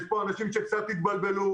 יש פה אנשים שקצת התבלבלו.